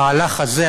המהלך הזה,